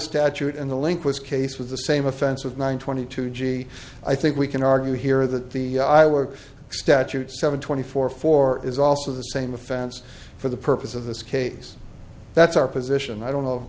statute in the link was case with the same offense with one twenty two g i think we can argue here that the i would statute seven twenty four four is also the same offense for the purpose of this case that's our position i don't know